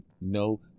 no